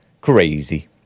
Crazy